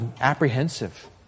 apprehensive